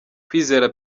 kwizera